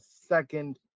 second